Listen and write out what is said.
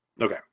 Okay